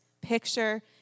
picture